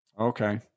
okay